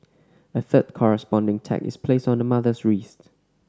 a third corresponding tag is placed on the mother's wrist